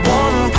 one